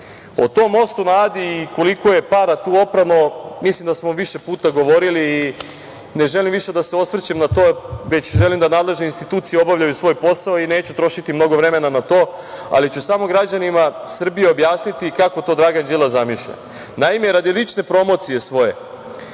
O tom Mostu na Adi i koliko je tu para oprano mislim da smo više puta govorili. Ne želim više da se osvrćem na to, već želim da nadležne institucije obavljaju svoj posao i neću trošiti mnogo vremena na to, ali ću samo građanima Srbije objasniti kako to Dragan Đilas zamišlja. Naime, radi lične promocije svoje